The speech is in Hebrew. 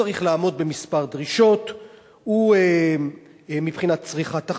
צריך לעמוד בכמה דרישות מבחינת צריכת החשמל,